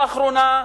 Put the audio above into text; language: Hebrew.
לאחרונה,